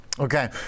Okay